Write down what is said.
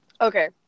okay